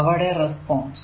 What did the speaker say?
അവയുടെ റെസ്പോൺസ്